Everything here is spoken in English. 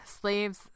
slaves